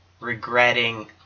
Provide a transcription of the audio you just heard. regretting